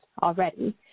Already